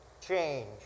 change